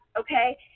Okay